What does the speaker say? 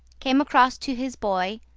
came across to his boy,